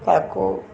ତାକୁ